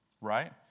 Right